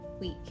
week